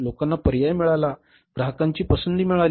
लोकांना पर्याय मिळाला आहे ग्राहकांना पसंती मिळाली आहे